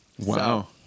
Wow